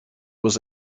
was